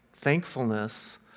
thankfulness